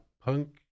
punk